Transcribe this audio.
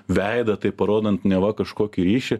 veidą taip parodant neva kažkokį ryšį